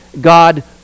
God